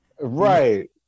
Right